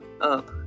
up